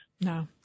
No